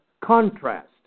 contrast